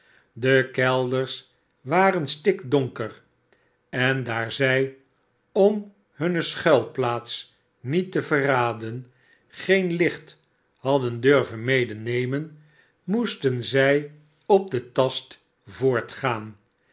de kelders waren stikdonker en daar zij om hunne schuilplaats niet te verraden geen licht hadden durven medenemen moesten zij op den tast voortgaan